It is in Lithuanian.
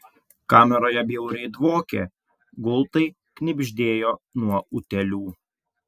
kameroje bjauriai dvokė gultai knibždėjo nuo utėlių